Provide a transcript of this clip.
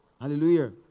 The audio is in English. Hallelujah